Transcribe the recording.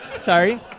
Sorry